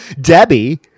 Debbie